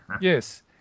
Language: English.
yes